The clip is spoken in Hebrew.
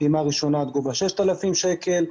פעימה ראשונה עד 6,000 שקל,